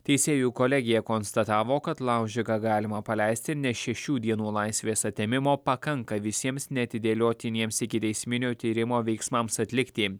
teisėjų kolegija konstatavo kad laužiką galima paleisti nes šešių dienų laisvės atėmimo pakanka visiems neatidėliotiniems ikiteisminio tyrimo veiksmams atlikti